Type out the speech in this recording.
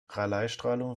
raleighstrahlung